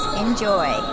enjoy